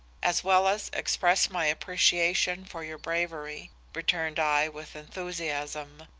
as well as express my appreciation for your bravery returned i with enthusiasm.